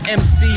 mc